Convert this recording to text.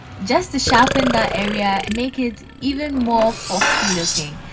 just sharpen that area and make it even more foxy looking